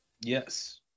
yes